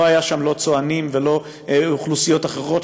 לא היו שם לא צוענים ולא אוכלוסיות אחרות,